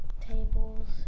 tables